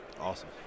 Awesome